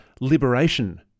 liberation